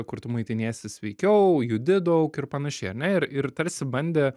kur tu maitiniesi sveikiau judi daug ir panašiai ar ne ir ir tarsi bandė